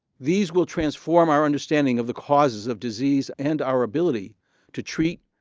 these will transform our understanding of the causes of disease and our ability to treat,